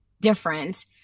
different